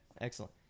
Excellent